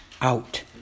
out